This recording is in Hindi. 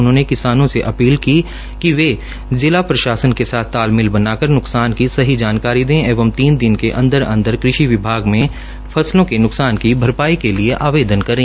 उन्होंने किसानों से अपील की कि वे जिला प्रशासन के साथ तालमेल बनाकर न्कसान की सही जानकारी दे एवं तीन दिन के अंदर अंदर कृषि विभाग में फसलों के न्कसान की भरपाई के लिए आवेदन करें